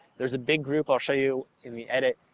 there's a big group, i'll show you when we edit,